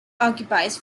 occupies